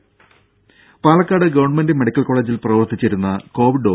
രംഭ Palakkad government medical കോളജിൽ പ്രവർത്തിച്ചിരുന്ന covid O